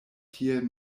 tiel